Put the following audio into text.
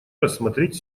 рассмотреть